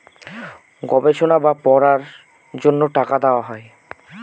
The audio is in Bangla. গবেষণা বা পড়ার জন্য টাকা দেওয়া হয়